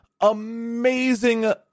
amazing